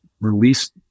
release